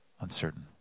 uncertain